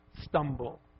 stumble